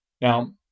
Now